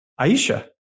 Aisha